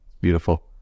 Beautiful